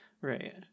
Right